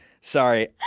Sorry